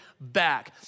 back